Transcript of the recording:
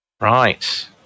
Right